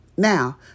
Now